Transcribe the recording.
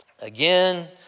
again